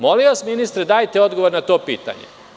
Molim vas ministre dajte odgovor na to pitanje.